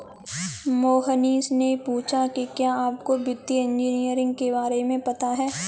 मोहनीश ने पूछा कि क्या आपको वित्तीय इंजीनियरिंग के बारे में पता है?